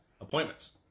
appointments